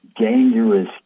dangerous